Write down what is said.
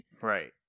right